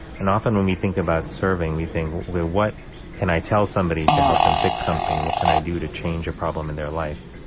and often when we think about serving, we think, what can i tell somebody to help them fix something? and what can i do to change a problem in their life?